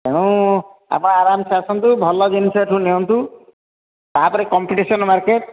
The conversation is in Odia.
ତେଣୁ ଆପଣ ଅରାମ୍ସେ ଆସନ୍ତୁ ଭଲ ଜିନିଷ ଏଠୁ ନିଅନ୍ତୁ ତା'ପରେ କମ୍ପିଟିସନ୍ ମାର୍କେଟ୍